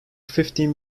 fifteen